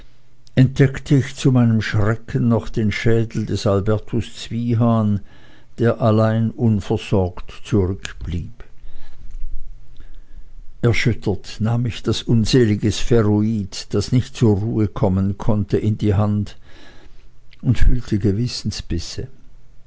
entdeckte ich zu meinem schrecken noch den schädel des albertus zwiehan der allein unversorgt zurückblieb erschüttert nahm ich das unselige sphäroid das nicht zur ruhe kommen konnte in die hand und fühlte gewissensbisse